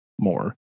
more